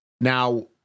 Now